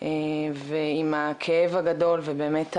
ועם הכאב הגדול ובאמת,